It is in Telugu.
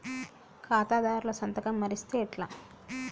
ఖాతాదారుల సంతకం మరిస్తే ఎట్లా?